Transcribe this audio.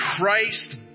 Christ